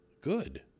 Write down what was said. good